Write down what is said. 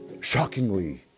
shockingly